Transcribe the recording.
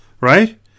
Right